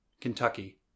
Kentucky